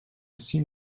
seem